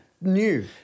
New